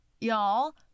y'all